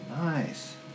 Nice